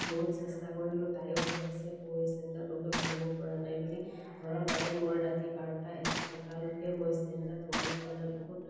বহুত চেষ্টা কৰিলোঁ তায়ো হাঁহিছে বনাব পৰা নাই বুলি ঘৰত আহি মই ৰাতি বাৰটা এটা দুটালৈকে মই চেইনডাল বনাই বনাই বহুত